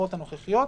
לבחירות הנוכחיות,